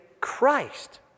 Christ